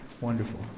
Wonderful